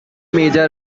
major